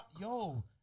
Yo